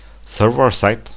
server-side